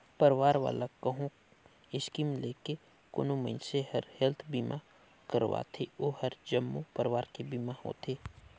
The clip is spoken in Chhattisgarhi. परवार वाला कहो स्कीम लेके कोनो मइनसे हर हेल्थ बीमा करवाथें ओ हर जम्मो परवार के बीमा होथे